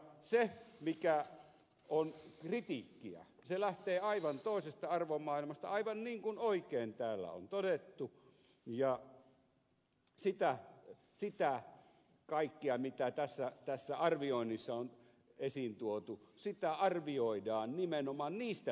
se mikä on kritiikkiä se lähtee aivan toisesta arvomaailmasta aivan niin kuin oikein täällä on todettu ja sitä kaikkea mitä tässä arvioinnissa on esiintuotu arvioidaan nimenomaan niistä lähtökohdista